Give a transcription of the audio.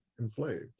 enslaved